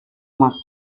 must